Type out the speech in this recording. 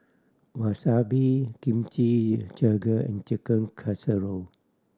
Wasabi Kimchi Jjigae and Chicken Casserole